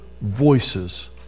voices